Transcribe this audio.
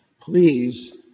please